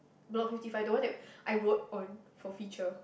block fifty five the one that I wrote on for feature